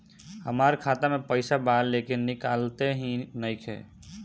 हमार खाता मे पईसा बा लेकिन निकालते ही नईखे?